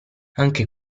anche